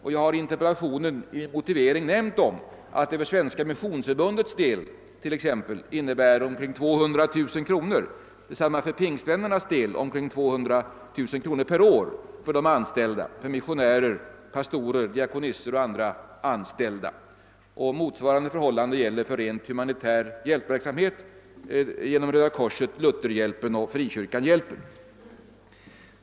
I motiveringen till min interpellation har jag nämnt att detta för Svenska missionsförbundet innebär en kostnad på omkring 200000 kronor, för pingstvännernas del omkring 200 000 kronor per år för de anställda: missionärer, pastorer, diakonissor m.fl. Motsvarande förhållanden gäller för den rent humanitära hjälpverksamhet som bedrives av Svenska röda korset, Lutherhjälpen och Frikyrkan hjälper.